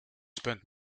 spent